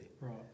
Right